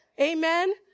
Amen